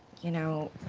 you know,